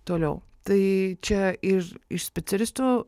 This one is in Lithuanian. toliau tai čia ir iš specialistų